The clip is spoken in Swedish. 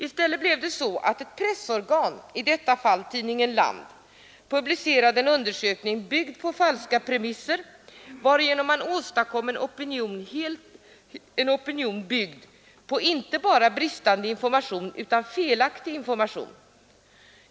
Nu blev det i stället så att det pressorgan, i detta fall tidningen Land, publicerade en undersökning byggd på falska premisser, varigenom man åstadkom en opinion byggd inte bara på bristande information utan också på felaktig information.